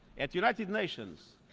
at the united nations,